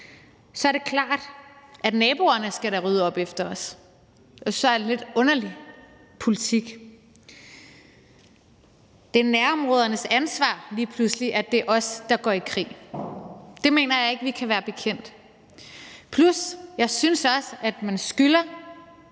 er det klart, at naboerne da skal rydde op efter os. Det synes jeg er en sådan lidt underlig politik. Det er nærområdernes ansvar lige pludselig, at det er os, der går i krig. Det mener jeg ikke vi kan være bekendt, plus det, at jeg også synes, at man skylder